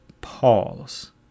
pause